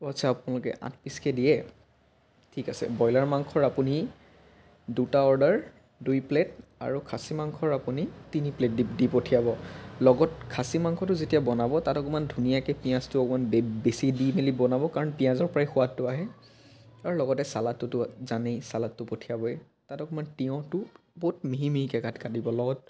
অ আচ্ছা আপোনালোকে আঠ পিছকৈ দিয়ে ঠিক আছে বইলাৰ মাংসৰ আপুনি দুটা অৰ্ডাৰ দুই প্লেট আৰু খাছী মাংসৰ আপুনি তিনি প্লেট দি দি পঠিয়াব লগত খাছী মাংসটো যেতিয়া বনাব তাত অকণমান ধুনীয়াকৈ পিয়াঁজটো অকণমান বে বেছি দি মেলি বনাব কাৰণ পিয়াঁজৰ পৰাই সোৱাদটো আহে আৰু লগতে ছালাদটোতো জানেই ছালাদটো পঠিয়াবই তাত অকণমান তিয়ঁহটো বহুত মিহি মিহিকৈ কাটিব লগত